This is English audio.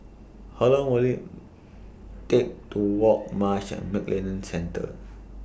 How Long Will IT Take to Walk Marsh and McLennan Centre